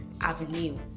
Avenue